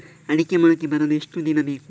ಅಡಿಕೆ ಮೊಳಕೆ ಬರಲು ಎಷ್ಟು ದಿನ ಬೇಕು?